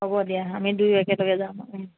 হ'ব দিয়া আমি দুয়ো একেলগে যাম আৰু